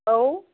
औ